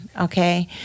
okay